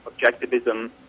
objectivism